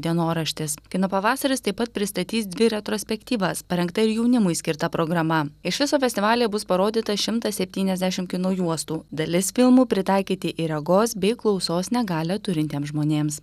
dienoraštis kino pavasaris taip pat pristatys dvi retrospektyvas parengta ir jaunimui skirta programa iš viso festivalyje bus parodyta šimtas septyniasdešim kino juostų dalis filmų pritaikyti ir regos bei klausos negalią turintiems žmonėms